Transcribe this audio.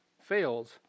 fails